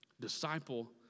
Disciple